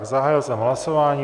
Zahájil jsem hlasování.